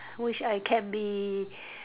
wish I can be